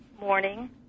morning